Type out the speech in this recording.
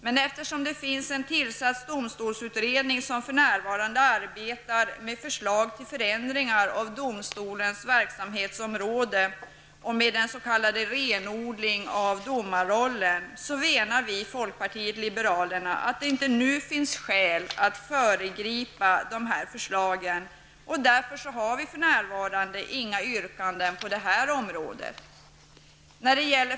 Men eftersom det finns en tillsatt domstolsutredning som för närvarande arbetar med förslag till förändringar av domstolarnas verksamhetsområden och med en s.k. renodling av domarrollen, menar vi i folkpartiet liberalerna att det inte nu finns skäl att föregripa dessa förslag. Därför har vi för närvarande inga yrkanden på detta område.